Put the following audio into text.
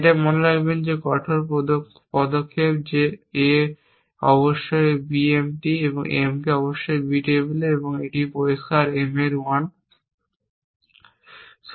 এটা মনে রাখবে কঠোর পদক্ষেপ যে A অবশ্যই BMT এবং M অবশ্যই b টেবিলে এবং এই পরিষ্কার M এর 1